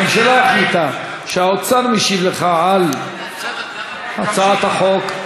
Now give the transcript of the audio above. מאחר שהממשלה החליטה שהאוצר משיב לך על הצעת החוק,